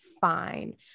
fine